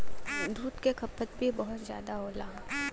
दूध क खपत भी बहुत जादा होला